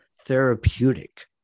therapeutic